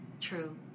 True